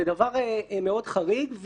זה דבר מאוד חריג,